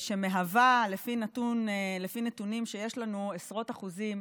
שמהווה, לפי נתונים שיש לנו, עשרות אחוזים